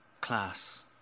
class